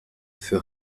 für